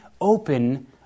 open